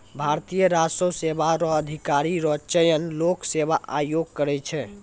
भारतीय राजस्व सेवा रो अधिकारी रो चयन लोक सेवा आयोग करै छै